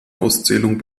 auszählung